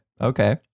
Okay